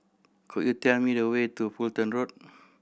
could you tell me the way to Fulton Road